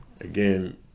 again